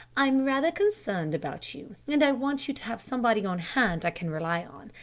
i'm rather concerned about you, and i want you to have somebody on hand i can rely on,